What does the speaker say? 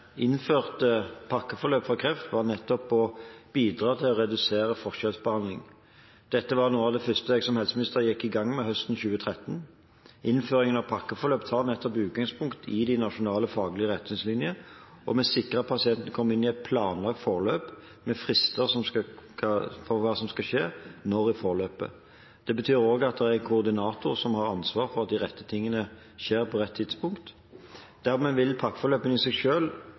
innførte pakkeforløp for kreft, var nettopp å bidra til å redusere forskjellsbehandling. Dette var noe av det første jeg som helseminister gikk i gang med høsten 2013. Innføringen av pakkeforløp tar nettopp utgangspunkt i de nasjonale faglige retningslinjene, og vi sikrer at pasienten kommer inn i et planlagt forløp, med frister for hva som skal skje når i forløpet. Det betyr også at det er en koordinator som har ansvaret for at de rette tingene skjer på rett tidspunkt. Dermed vil pakkeforløpene i seg